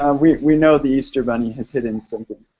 um we we know the easter bunny has hidden something.